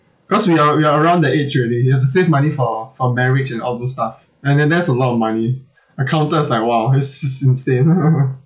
cause we are we are around that age already you have to save money for for marriage and all those stuff and then that's a lot of money I counted is like !wah! this is insane